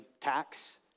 tax